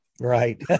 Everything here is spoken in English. right